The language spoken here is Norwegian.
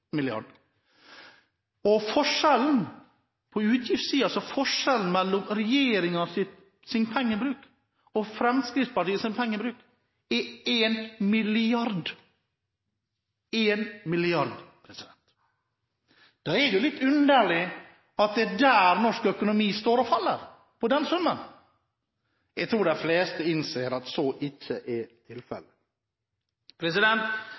er forskjellen mellom regjeringens pengebruk og Fremskrittspartiets pengebruk 1 mrd. kr – én milliard kroner. Da er det jo litt underlig at det er på den summen norsk økonomi står og faller. Jeg tror de fleste innser at så ikke er